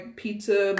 pizza